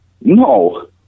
No